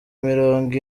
mirongo